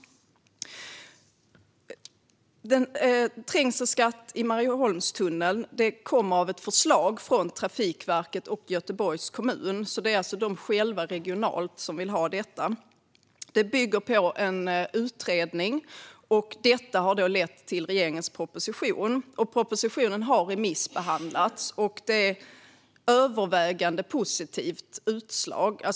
Trängselskatt i Marieholmstunneln kommer av ett förslag från Trafikverket och Göteborgs kommun. Det är alltså de själva, regionalt, som vill ha detta. Det bygger på en utredning, och detta har lett till regeringens proposition. Propositionen har remissbehandlats, och utslaget är övervägande positivt.